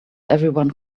everyone